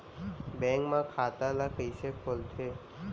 Bank म खाता ल कइसे खोलथे?